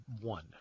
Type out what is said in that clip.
one